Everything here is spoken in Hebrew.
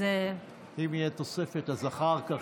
אם תהיה תוספת, אז אחר כך.